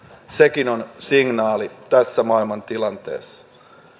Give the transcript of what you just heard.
sekin on signaali tässä maailmantilanteessa